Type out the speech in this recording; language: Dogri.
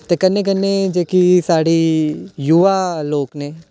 ते कन्नै कन्नै जेह्की साढ़ी युवा लोक न